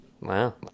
wow